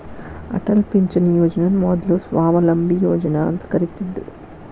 ಅಟಲ್ ಪಿಂಚಣಿ ಯೋಜನನ ಮೊದ್ಲು ಸ್ವಾವಲಂಬಿ ಯೋಜನಾ ಅಂತ ಕರಿತ್ತಿದ್ರು